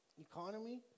economy